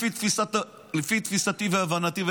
לפי תפיסתי והבנתי,